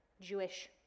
Jewish